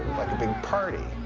big party.